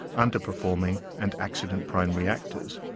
underperforming, and accident-prone reactors.